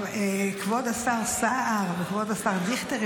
כבוד השר סער וכבוד השר דיכטר,